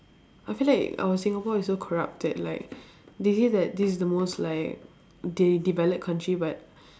I feel like our singapore is so corrupted like they say that this is the most like de~ developed country but